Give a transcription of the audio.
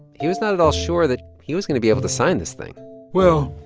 he was not at all sure that he was going to be able to sign this thing well,